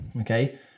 okay